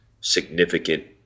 significant